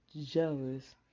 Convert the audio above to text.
jealous